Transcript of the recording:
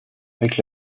avec